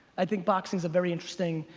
i think boxing's a very interesting,